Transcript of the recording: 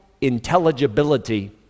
intelligibility